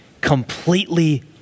completely